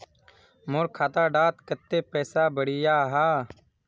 मोर खाता डात कत्ते पैसा बढ़ियाहा?